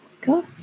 go